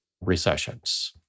recessions